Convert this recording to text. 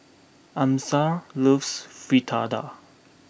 Amasa loves Fritada